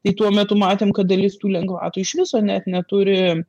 tai tuo metu matėm kad dalis tų lengvatų iš viso net neturi